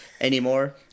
anymore